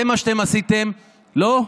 זה מה שאתם עשיתם, לא.